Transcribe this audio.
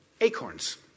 acorns